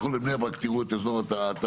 לכו לבני ברק, תראו את אזור התעשייה,